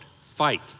fight